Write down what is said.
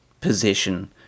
position